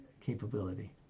capability